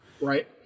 right